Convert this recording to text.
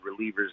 relievers